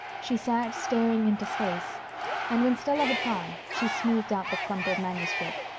she sat, staring into space and when stella had gone she smoothed out the crumpled manuscript.